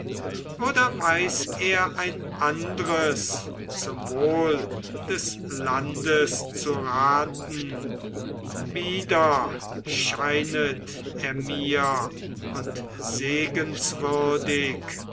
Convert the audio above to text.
oder weiß er ein andres zum wohl des landes zu raten bieder scheinet er mir und